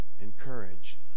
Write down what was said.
encourage